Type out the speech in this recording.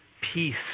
peace